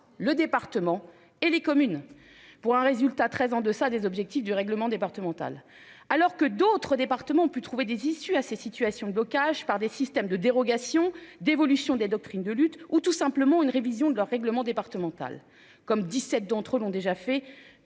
le département et les communes pour un résultat très en-deçà des objectifs du règlement départemental alors que d'autres départements ont pu trouver des issues à ces situations de blocage par des systèmes de dérogation d'évolution des doctrines de lutte ou tout simplement une révision de leur règlement départemental comme 17 d'entre eux l'ont déjà fait.